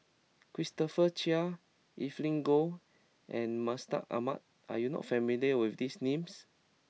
Christopher Chia Evelyn Goh and Mustaq Ahmad are you not familiar with these names